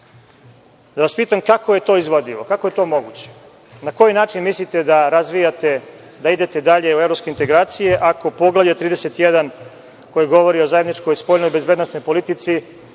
Ja vas pitam kako je to izvodljivo? Kako je to moguće? Na koji način mislite da razvijate, da idete dalje u evropske integracije, ako Poglavlje 31, koje govori o zajedničkoj spoljnoj bezbednosnoj politici,